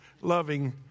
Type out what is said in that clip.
loving